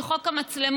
כי חוק המצלמות,